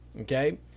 okay